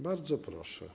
Bardzo proszę.